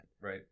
Right